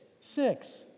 six